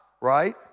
right